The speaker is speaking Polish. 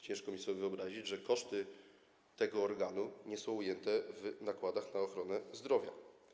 Ciężko mi sobie wyobrazić, że koszty tego organu nie są ujęte w nakładach na ochronę zdrowia.